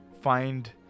find